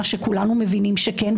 מה שכולנו מבינים שכן,